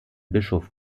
bischof